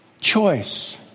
Choice